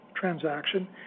transaction